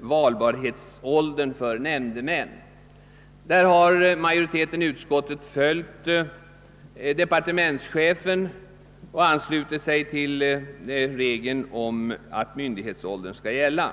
valbarhetsåldern för nämndemän. Majoriteten i utskottet har därvidlag följt departementschefen och anslutit sig till regeln om att myndighetsåldern skall gälla.